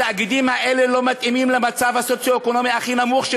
התאגידים האלה לא מתאימים למצב הסוציו-אקונומי הכי נמוך,